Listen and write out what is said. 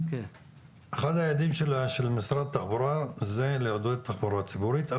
אחד היעדים של משרד התחבורה זה לעודד תחבורה ציבורית.